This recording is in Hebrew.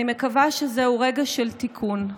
אני מקווה שזהו רגע של תיקון,